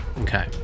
Okay